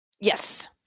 Yes